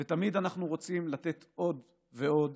ותמיד אנחנו רוצים לתת עוד ועוד,